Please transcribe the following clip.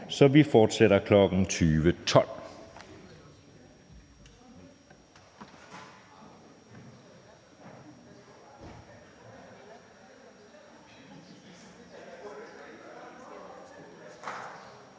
Så vi fortsætter kl. 20.12.